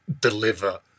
deliver